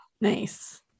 Nice